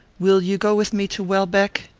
will you go with me to welbeck?